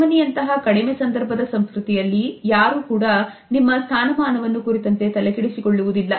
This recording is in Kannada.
ಜರ್ಮನಿಯಂತಹ ಕಡಿಮೆ ಸಂದರ್ಭದ ಸಂಸ್ಕೃತಿಯಲ್ಲಿ ಯಾರು ಕೂಡ ನಿಮ್ಮ ಸ್ಥಾನಮಾನವನ್ನು ಕುರಿತಂತೆ ತಲೆಕೆಡಿಸಿಕೊಳ್ಳುವುದಿಲ್ಲ